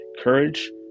Courage